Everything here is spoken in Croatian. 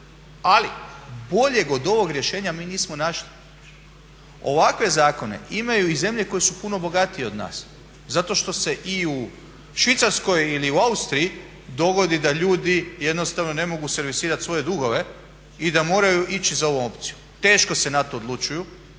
ali boljeg od ovog rješenja mi nismo našli. Ovakve zakone imaju i zemlje koje su puno bogatije od nas zato što se i u Švicarskoj ili u Austriji dogodi da ljudi jednostavno ne mogu servisirat svoje dugove i da moraju ići za ovom opcijom. Teško se na to odlučuju,